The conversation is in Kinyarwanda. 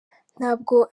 ntabwo